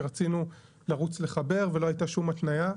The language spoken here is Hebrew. כי רצינו לרוץ לחבר ולא הייתה שום התניה.